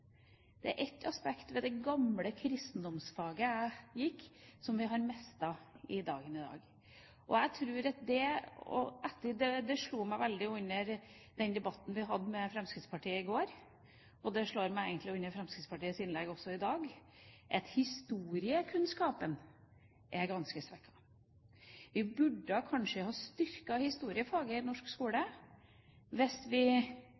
Det er et aspekt ved det gamle kristendomsfaget som vi har mistet i dag. Det slo meg veldig under den debatten vi hadde med Fremskrittspartiet i går, og det slo meg egentlig under Fremskrittspartiets innlegg også i dag, at historiekunnskapen er ganske svekket. Vi burde kanskje styrke historiefaget i norsk skole hvis vi